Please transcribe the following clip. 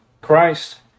Christ